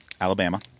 Alabama